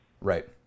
right